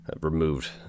removed